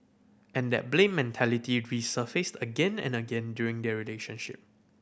and that blame mentality resurfaced again and again during their relationship